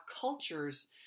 cultures